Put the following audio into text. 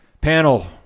Panel